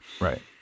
Right